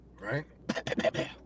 Right